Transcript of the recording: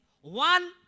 one